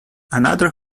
another